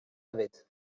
hefyd